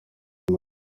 uyu